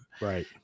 Right